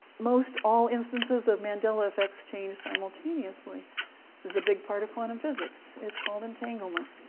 most all instances of mandela effects change simultaneously is a big part of quantum physics it's called entanglement.